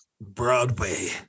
Broadway